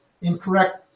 incorrect